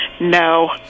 No